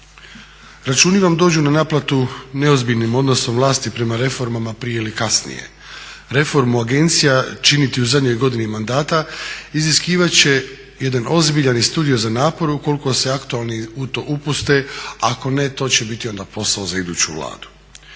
Računi vam dođu na naplatu neozbiljnim odnosom vlasti prema reformama prije ili kasnije. Reformu agencija činiti u zadnjoj godini mandata iziskivat će jedan ozbiljan i studiozan napor ukoliko se aktualni u to upuste a ako ne to će biti onda posao za iduću Vladu.